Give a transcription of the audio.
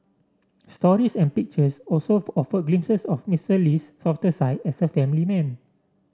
stories and pictures also offered glimpses of Mister Lee's softer side as a family man